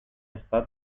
está